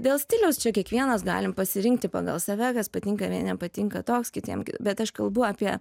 dėl stiliaus čia kiekvienas galim pasirinkti pagal save kas patinka vieniem patinka toks kitiem bet aš kalbu apie